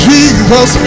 Jesus